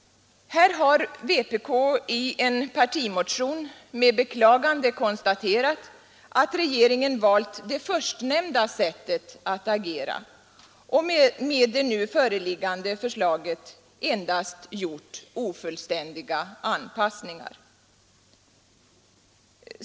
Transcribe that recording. Här har vpk i en partimotion med beklagande konstaterat att regeringen har valt det förstnämnda sättet att agera och med det nu föreliggande förslaget endast gjort ofullständiga anpassningar.